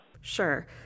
Sure